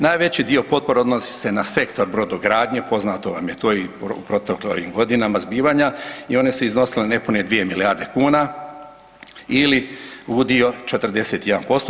Najveći dio potpora odnosi se na Sektor brodogradnje, poznato vam je to i u proteklim godinama zbivanja i one su iznosile nepune dvije milijarde kuna ili udio 41%